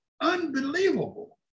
unbelievable